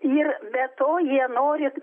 ir be to jie nori